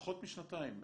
פחות משנתיים,